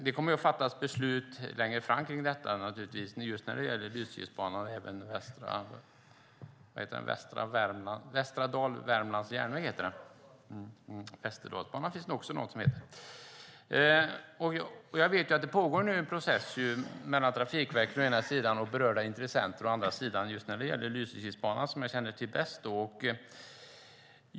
Det kommer att fattas beslut längre fram om just Lysekilsbanan och Dal-Västra Värmlands Järnväg. Jag vet att det pågår en process mellan Trafikverket å ena sidan och berörda intressenter å den andra just när det gäller Lysekilsbanan, som jag känner till bäst.